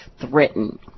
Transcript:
threaten